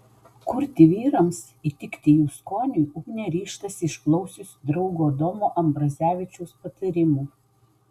kurti vyrams įtikti jų skoniui ugnė ryžtasi išklausiusi draugo domo ambrazevičiaus patarimų